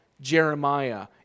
Jeremiah